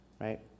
Right